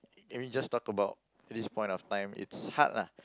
I mean just talk about this point of time it's hard lah